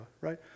right